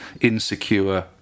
insecure